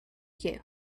you